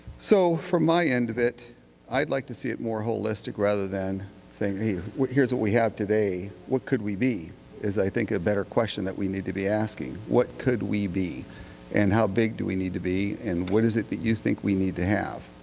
so, from my end of it i'd like to see it more holistic rather than say hey here's what we have today, what could we be is i think a better question that we need to be asking. what could we be and how big do we need to be and what is it that you think we need to have?